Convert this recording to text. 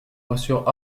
reçurent